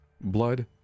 Blood